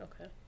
okay